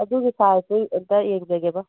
ꯑꯗꯨꯒꯤ ꯁꯥꯏꯖꯇ ꯑꯝꯇ ꯌꯦꯡꯖꯒꯦꯕ